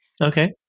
Okay